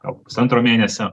gal pusantro mėnesio